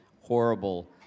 horrible